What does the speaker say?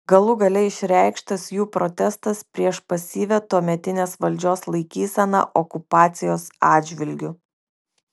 galų gale išreikštas jų protestas prieš pasyvią tuometinės valdžios laikyseną okupacijos atžvilgiu